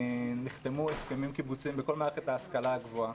נחתמו הסכמים קיבוציים בכל מערכת ההשכלה הגבוהה.